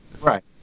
right